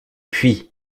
puits